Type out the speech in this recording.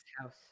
house